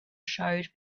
showed